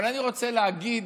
אבל אני רוצה להגיד,